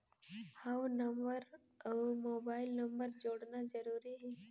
हव नंबर अउ mobile number जोड़ना जरूरी हे?